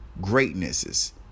greatnesses